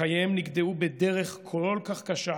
שחייהם נגדעו בדרך כל כך קשה